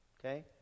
Okay